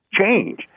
change